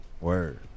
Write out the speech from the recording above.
Word